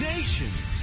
Nations